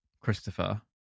Christopher